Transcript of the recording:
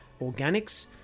Organics